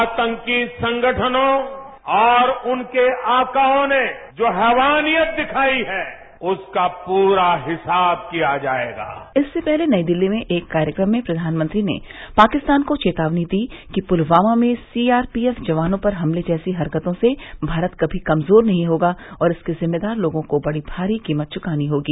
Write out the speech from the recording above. आतंकी संगठनों और उनके आकाओं ने जो हैवानियत दिखाई है उसका पूरा हिसाब किया जाएगा इससे पहले नई दिल्ली में एक कार्यक्रम में प्रधानमंत्री ने पाकिस्तान को चेतावनी दी कि पुलवामा में सीआरपीएफ जवानों पर हमले जैसी हरकतों से भारत कमी कमजोर नहीं होगा और इसके जिम्मेदार लोगों को बड़ी भारी कीमत चुकानी होगी